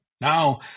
Now